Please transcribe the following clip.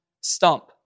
stump